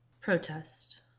Protest